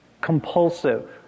compulsive